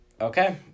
Okay